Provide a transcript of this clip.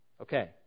Okay